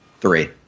Three